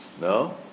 No